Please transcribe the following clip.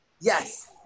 Yes